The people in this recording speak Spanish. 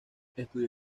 estudió